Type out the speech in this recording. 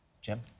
Jim